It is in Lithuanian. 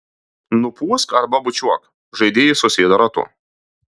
nupūsk arba bučiuok žaidėjai susėda ratu